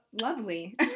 lovely